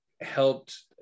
helped